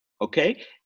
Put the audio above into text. Okay